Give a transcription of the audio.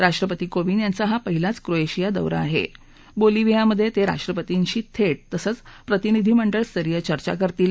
राष्ट्रपति कोविंद यांचा हा पहिलाच क्रोएशिया दौरा आह शोलिव्हियामध्यतिजिष्ट्रपतींशी थर्पतसद्वप्रतिनिधी मंडळ स्तरीय चर्चा करतील